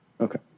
Okay